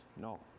no